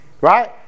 Right